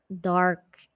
dark